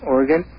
Oregon